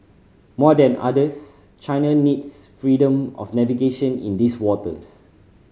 more than others China needs freedom of navigation in these waters